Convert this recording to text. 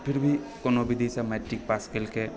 फिर भी कोनो विधिसे मैट्रिक पास केलकय